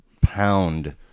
pound